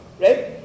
right